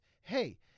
hey